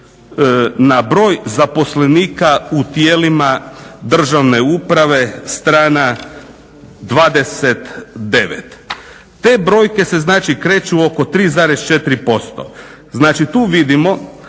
na broj zaposlenika u tijelima državne uprave, strana 29. Te brojke se znači kreću oko 3,4%. Znači tu vidimo